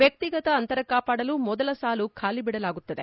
ವ್ಯಕ್ತಿಗತ ಅಂತರ ಕಾಪಾಡಲು ಮೊದಲ ಸಾಲು ಖಾಲಿ ಬಿಡಲಾಗುತ್ತದೆ